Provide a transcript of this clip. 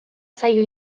saio